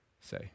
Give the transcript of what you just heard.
say